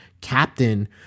captain